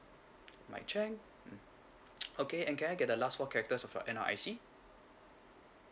mike cheng mm mm okay and can I get the last four characters of your N_R_I_C